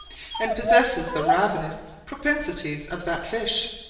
and possesses the ravenous propensities of that fish.